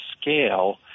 scale